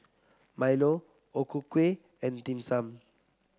Milo O Ku Kueh and Dim Sum